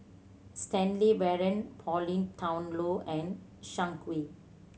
Stanley Warren Pauline Dawn Loh and Zhang Hui